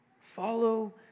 Follow